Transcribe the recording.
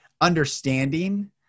understanding